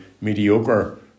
mediocre